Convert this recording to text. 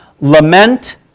lament